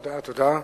תודה תודה.